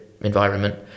environment